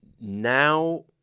now